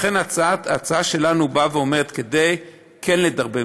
לכן ההצעה שלנו אומרת שכדי כן לדרבן,